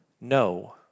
no